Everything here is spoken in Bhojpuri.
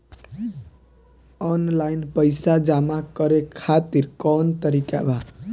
आनलाइन पइसा जमा करे खातिर कवन तरीका बा?